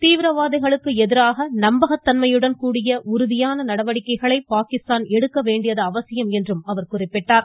பயங்கரவாதிகளுக்கு எதிராக நம்பகத்தன்மையுடன் கூடிய உறுதியான நடவடிக்கைகளை பாகிஸ்தான் எடுக்க வேண்டியது அவசியம் என்றும் அவர் குறிப்பிட்டார்